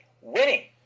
winning